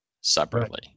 separately